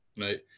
right